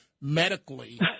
medically